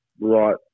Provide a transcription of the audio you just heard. right